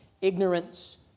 ignorance